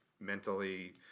mentally